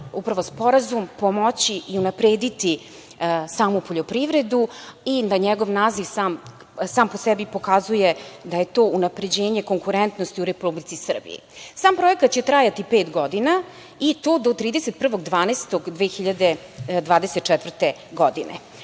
upravo sporazum, pomoći i unaprediti samu poljoprivredu i da njegov naziv sam po sebi pokazuje da je to unapređenje konkurentnosti u Republici Srbiji. Sam projekat će trajati pet godina i to do 31.12.2024. godine.